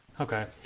Okay